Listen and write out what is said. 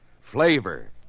Flavor